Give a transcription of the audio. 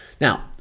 Now